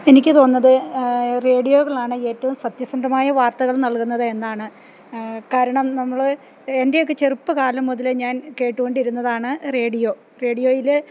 എനിക്ക് തോന്നുന്നത് റേഡിയോകളാണ് ഏറ്റവും സത്യസന്ധമായ വാർത്തകൾ നൽകുന്നതെന്നാണ് കാരണം നമ്മള് എൻ്റെയൊക്കെ ചെറുപ്പകാലം മുതലേ ഞാൻ കേട്ടുകൊണ്ടിരുന്നതാണ് റേഡിയോ റേഡിയോയില്